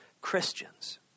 Christians